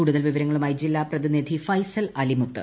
കൂടുതൽ വിവരങ്ങളുമായി ജീല്ലാ പ്രതിനിധി ഫൈസൽ അലിമുത്ത് ്